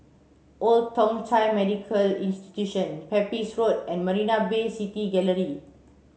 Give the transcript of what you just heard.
Old Thong Chai Medical Institution Pepys Road and Marina Bay City Gallery